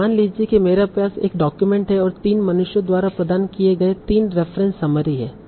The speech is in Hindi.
तो मान लीजिए कि मेरे पास एक डॉक्यूमेंट है और 3 मनुष्यों द्वारा प्रदान किए गए 3 रेफ़रेंस समरी हैं